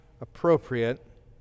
appropriate